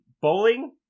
Bowling